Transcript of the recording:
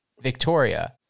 Victoria